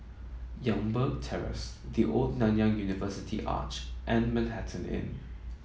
Youngberg Terrace The Old Nanyang University Arch and Manhattan Inn